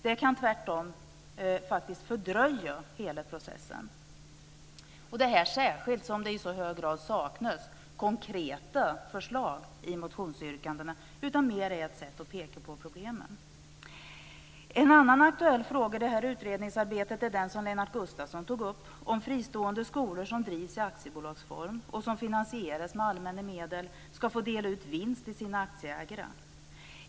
Det kan tvärtom faktiskt fördröja hela processen; detta särskilt då det i så hög grad saknas konkreta förslag i motionsyrkandena utan mer är ett sätt att peka på problemen. En annan aktuell fråga i utredningsarbetet är den som Lennart Gustavsson tog upp, nämligen om fristående skolor som drivs i aktiebolagsform och som finansieras med allmänna medel ska få dela ut vinst till sina aktieägare.